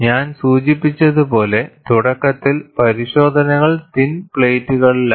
ഞാൻ സൂചിപ്പിച്ചതുപോലെ തുടക്കത്തിൽ പരിശോധനകൾ തിൻ പ്ലേറ്റുകളിലായിരുന്നു